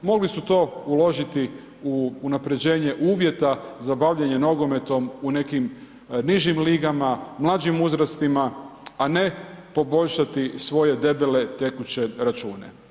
Mogli su to uložiti u unapređenje uvjeta za bavljenje nogometom u nekim nižim ligama, mlađim uzrastima a ne poboljšati svoje debele tekuće račune.